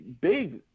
big